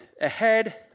ahead